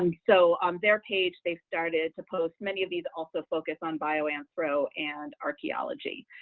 um so on their page, they've started to post many of these also focus on bio anthro and archaeology